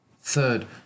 Third